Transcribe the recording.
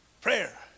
prayer